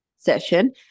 session